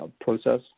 process